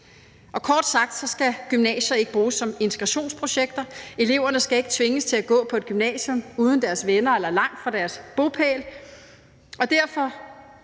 Kort sagt skal gymnasier ikke bruges som integrationsprojekter, eleverne skal ikke tvinges til at gå på et gymnasium uden deres venner eller langt fra deres bopæl.